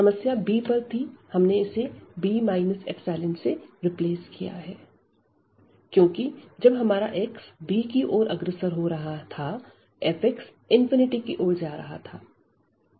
समस्या b पर थी हमने इसे b ε से रिप्लेस किया है क्योंकि जब हमारा x b की ओर अग्रसर हो रहा था fx ∞ की ओर जा रहा था